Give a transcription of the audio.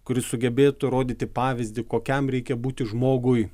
kuris sugebėtų rodyti pavyzdį kokiam reikia būti žmogui